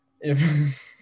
If-